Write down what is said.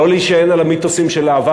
לא להישען על המיתוסים של העבר.